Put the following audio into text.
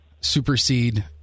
supersede